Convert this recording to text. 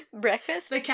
Breakfast